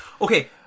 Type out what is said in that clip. Okay